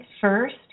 first